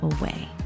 away